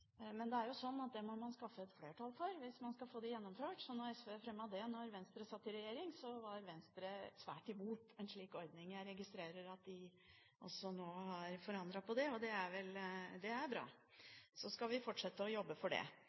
Men hvis man skal få det gjennomført, må man skaffe et flertall for det. SV fremmet dette da Venstre satt i regjering, men Venstre var svært imot en slik ordning. Jeg registrerer at de nå har forandret på det, og det er bra. Så skal vi fortsette å jobbe for det.